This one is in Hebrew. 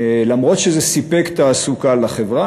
למרות שזה סיפק תעסוקה לחברה,